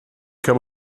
kann